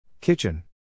Kitchen